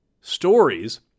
stories